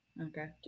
Okay